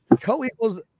Co-equals